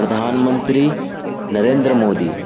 پردھان منتری نریندر مودی